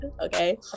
okay